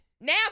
Now